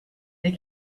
they